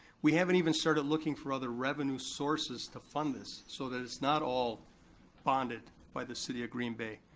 we haven't even started looking for other revenue sources to fund this so that it's not all bonded by the city of green bay.